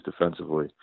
defensively